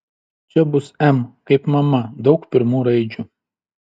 čia bus m kaip mama daug pirmų raidžių